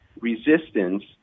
resistance